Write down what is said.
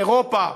של אירופה,